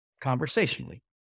conversationally